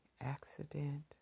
accident